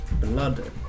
blood